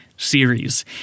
series